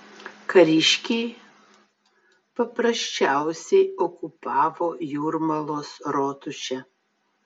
kariškiai paprasčiausiai okupavo jūrmalos rotušę